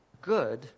good